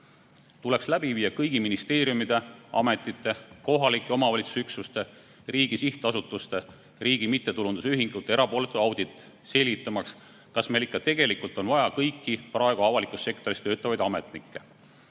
pidada? Tuleks läbi viia kõigi ministeeriumide, ametite, kohalike omavalitsusüksuste, riigi sihtasutuste ja riigi mittetulundusühingute erapooletu audit, selgitamaks välja, kas meil ikka tegelikult on vaja kõiki praegu avalikus sektoris töötavaid ametnikke.